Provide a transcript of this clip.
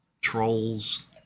trolls